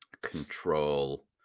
Control